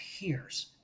appears